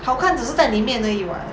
好看只是在里面而已 [what]